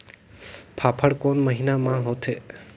फाफण कोन महीना म होथे?